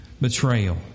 betrayal